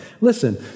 Listen